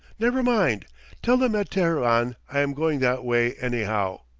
never mind tell them at teheran i am going that way anyhow.